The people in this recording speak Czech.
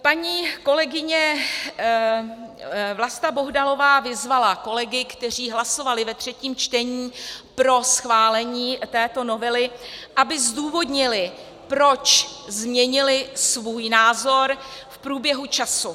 Paní kolegyně Vlasta Bohdalová vyzvala kolegy, kteří hlasovali ve třetím čtení pro schválení této novely, aby zdůvodnili, proč změnili svůj názor v průběhu času.